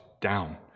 down